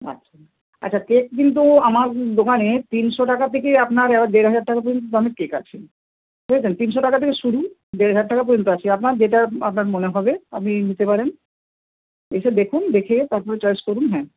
আচ্ছা আচ্ছা কেক কিন্তু আমার দোকানে তিনশো টাকা থেকে আপনার দেড় হাজার টাকা পর্যন্ত দামের কেক আছে বুঝেছেন তিনশো টাকা থেকে শুরু দেড় হাজার টাকা পর্যন্ত আছে আপনার যেটা আপনার মনে হবে আপনি নিতে পারেন এসে দেখুন দেখে তারপরে চয়েস করুন হ্যাঁ